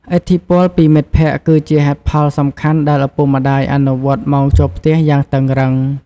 ឥទ្ធិពលពីមិត្តភក្តិគឺជាហេតុផលសំខាន់ដែលឪពុកម្តាយអនុវត្តម៉ោងចូលផ្ទះយ៉ាងតឹងរឹង។